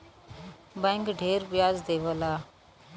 bank ढेर ब्याज देवला